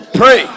pray